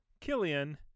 Killian